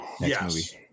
yes